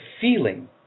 feeling